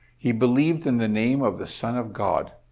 he believed in the name of the son of god.